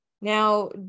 Now